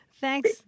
Thanks